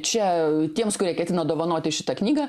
čia tiems kurie ketina dovanoti šitą knygą